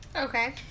Okay